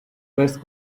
best